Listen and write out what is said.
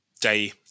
day